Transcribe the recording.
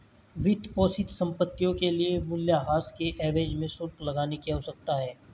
वित्तपोषित संपत्तियों के लिए मूल्यह्रास के एवज में शुल्क लगाने की आवश्यकता है